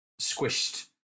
squished